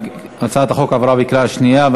הצעת החוק עברה בקריאה שנייה.